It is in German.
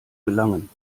gelangen